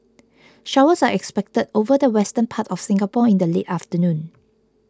showers are expected over the western part of Singapore in the late afternoon